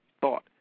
thought